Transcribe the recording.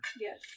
yes